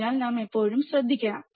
അതിനാൽ നാം എപ്പോഴും ശ്രദ്ധിക്കണം